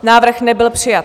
Návrh nebyl přijat.